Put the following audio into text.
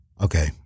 Okay